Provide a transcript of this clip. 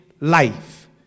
life